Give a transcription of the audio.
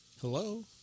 Hello